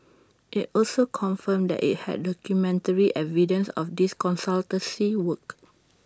IT also confirmed that IT had documentary evidence of these consultancy works